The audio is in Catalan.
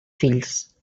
fills